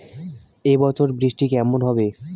এবছর বৃষ্টি কেমন হবে?